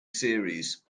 series